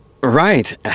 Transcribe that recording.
Right